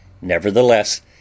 Nevertheless